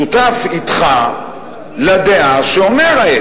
שותף אתך לדעה שאומרת: